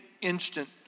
instant